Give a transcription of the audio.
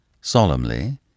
Solemnly